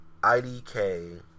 IDK